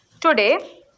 Today